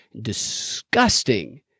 disgusting